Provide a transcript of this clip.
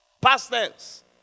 pastors